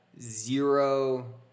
zero